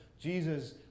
Jesus